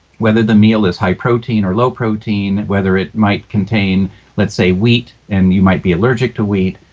whether the meal is high protein or low protein, whether it might contain let's say wheat and you might be allergic to wheat,